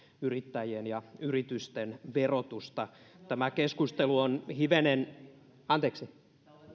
yrittäjien ja yritysten verotusta tämä keskustelu on hivenen anteeksi